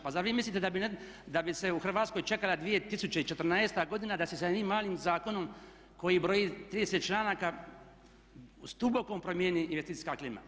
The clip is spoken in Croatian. Pa zar vi mislite da bi se u Hrvatskoj čekala 2014. godina da se sa jednim malim zakonom koji broji 30 članaka s dubokom promijeni investicijska klima?